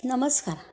नमस्कार